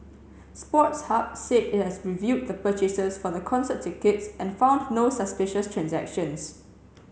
sports Hub said it has reviewed the purchases for the concert tickets and found no suspicious transactions